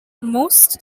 most